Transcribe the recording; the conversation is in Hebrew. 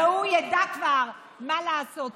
והוא כבר ידע מה לעשות איתו.